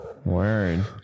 Word